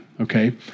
okay